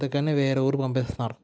అందుకనే వేరే ఊరు పంపిస్తున్నారు